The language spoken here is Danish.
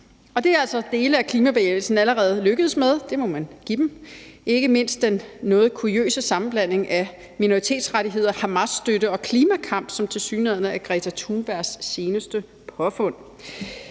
Og det er altså dele af klimabevægelsen allerede lykkedes med, det må man give dem, ikke mindst den noget kuriøse sammenblanding af minoritetsrettigheder, Hamasstøtte og klimakamp, som tilsyneladende er Greta Thunbergs seneste påfund.